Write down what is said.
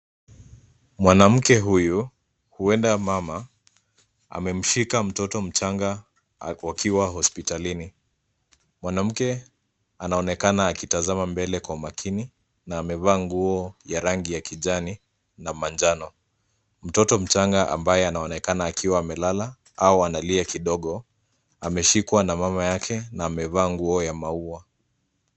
Mwanamke huyu huenda mama amemshika mtoto mchanga wakiwa hospitalini. Mwanamke anaonekana akitazama mbele kwa makini na amevaa nguo ya rangi ya kijani na manjano. Mtoto mchanga ambaye anaonekana akiwa amelala au analia kidogo ameshikwa na mama yake na amevaa nguo ya maua.